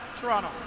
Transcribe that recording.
Toronto